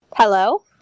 hello